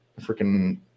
freaking